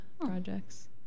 projects